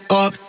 up